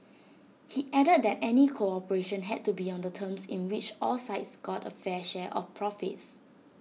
he added that any cooperation had to be on terms in which all sides got A fair share of profits